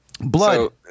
Blood